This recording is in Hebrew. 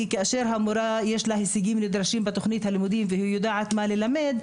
כי כאשר למורה יש הישגים נדרשים בתוכנית הלימודים והיא יודעת מה ללמד,